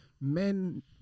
men